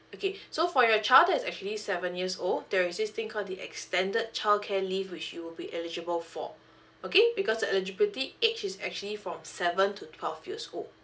okay so for your child that's actually seven years old there is this thing call the extended childcare leave which you'll be eligible for okay because eligibility age is actually from seven to twelve years old